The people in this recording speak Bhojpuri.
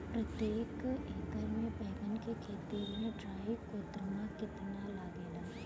प्रतेक एकर मे बैगन के खेती मे ट्राईकोद्रमा कितना लागेला?